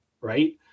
Right